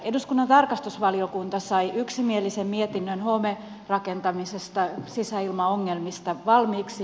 eduskunnan tarkastusvaliokunta sai yksimielisen mietinnön homerakentamisesta sisäilmaongelmista valmiiksi